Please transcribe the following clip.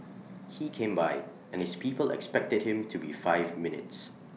he came by and his people expected him to be five minutes